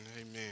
Amen